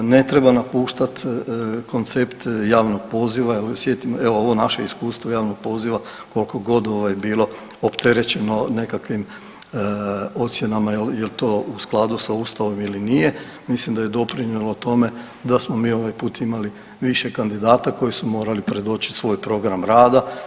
Ne treba napuštat koncept javnog poziva, evo ovo naše iskustvo javnog poziva koliko god ovaj bilo opterećeno nekakvim ocjenama jel to u skladu sa ustavom ili nije, mislim da je doprinjelo tome da smo mi ovaj put imali više kandidata koji su morali predočit svoj program rada.